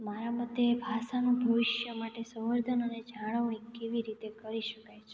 મારા મતે ભાષાનું ભવિષ્ય માટે સંવર્ધન અને જાળવણી કેવી રીતે કરી શકાય છે